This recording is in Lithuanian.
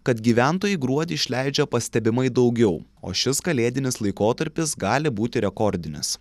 kad gyventojai gruodį išleidžia pastebimai daugiau o šis kalėdinis laikotarpis gali būti rekordinis